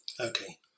Okay